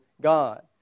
God